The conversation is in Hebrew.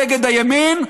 הימין.